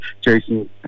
Jason